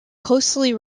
closely